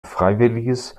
freiwilliges